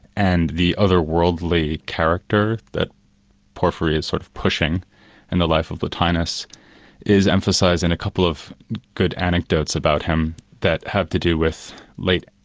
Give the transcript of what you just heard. and the otherworldly character that porphyry is sort of pushing in the life of plotinus is emphasised in a couple of good anecdotes about him that have to do with late,